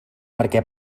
perquè